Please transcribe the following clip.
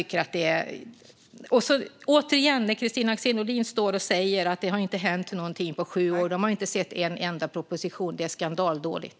Återigen: När Kristina Axén Olin står och säger att det inte har hänt någonting på sju år och att man inte har sett en enda proposition är det skandalöst dåligt.